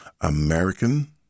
American